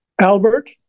Albert